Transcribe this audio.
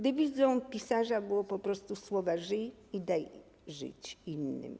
Dewizą pisarza były po prostu słowa: 'żyj i daj żyć innym'